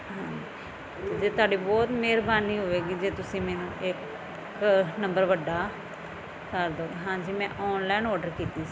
ਹਾਂ ਜੀ ਤੁਹਾਡੀ ਬਹੁਤ ਮਿਹਰਬਾਨੀ ਹੋਵੇਗੀ ਜੇ ਤੁਸੀਂ ਮੈਨੂੰ ਇੱਕ ਨੰਬਰ ਵੱਡਾ ਕਰ ਦਿਓ ਹਾਂਜੀ ਮੈਂ ਆਨਲਾਈਨ ਆਰਡਰ ਕੀਤੀ ਸੀ